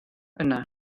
yna